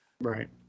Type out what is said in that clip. Right